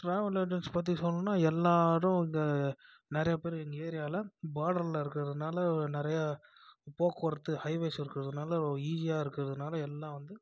travel agency பற்றி சொல்லணுன்னா எல்லாேரும் இங்கே நிறைய பேர் எங்கள் ஏரியாவில் பார்டரில் இருக்கிறதுனால நிறையா போக்குவரத்து ஹைவேஸ் இருக்கிறதனால ஈஸியாக இருக்கிறதனால எல்லாம் வந்து